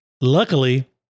luckily